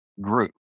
group